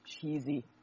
cheesy